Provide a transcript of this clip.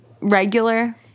regular